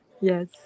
Yes